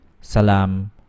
salam